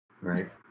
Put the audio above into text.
Right